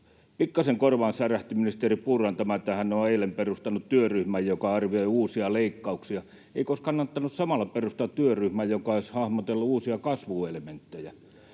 Pikkasen korvaan särähti ministeri Purran tämä, että hän on eilen perustanut työryhmän, joka arvioi uusia leikkauksia. Eikö olisi kannattanut samalla perustaa työryhmä, joka olisi hahmotellut uusia kasvuelementtejä?